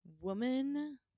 Woman